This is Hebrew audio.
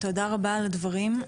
תודה רבה על הדברים.